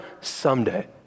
someday